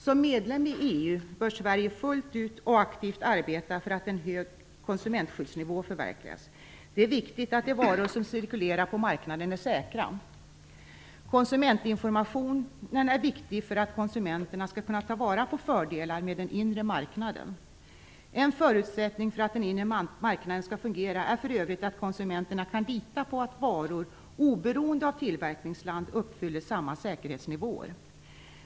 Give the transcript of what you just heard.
Som medlem i EU bör Sverige fullt ut och aktivt arbeta för att en hög konsumentskyddsnivå förverkligas. Det är viktigt att de varor som cirkulerar på marknaden är säkra. Konsumentinformationen är viktig för att konsumenterna skall kunna ta vara på fördelarna med den inre marknaden. En förutsättning för att den inre marknaden skall fungera är för övrigt att konsumenterna kan lita på att varor, oberoende av tillverkningsland, uppfyller samma säkerhetsnivåer.